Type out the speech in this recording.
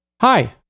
Hi